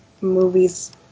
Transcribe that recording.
movies